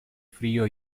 frío